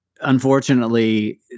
unfortunately